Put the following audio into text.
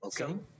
Okay